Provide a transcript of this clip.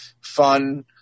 fun